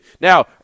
Now